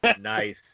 Nice